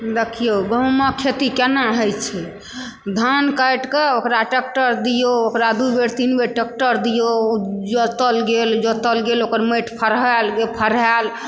देखियौ गहूॅंमक खेती केना होइ छै धान काटि कऽ ओकरा टेक्टर दियौ ओकरा दू बेर तीन बेर टेक्टर दियौ जोतल गेल जोतल गेल ओकर माटि फरहाएल फरहाएल